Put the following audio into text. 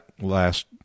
last